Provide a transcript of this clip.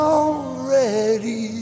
already